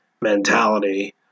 mentality